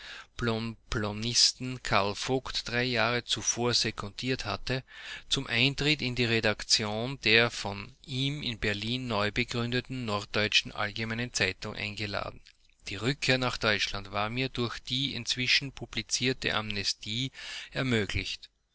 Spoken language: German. karl vogt drei jahre zuvor sekundiert hatte zum eintritt in die redaktion der von ihm in berlin neubegründeten norddeutschen allgemeinen zeitung eingeladen die rückkehr nach deutschland war mir durch die inzwischen publizierte amnestie ermöglicht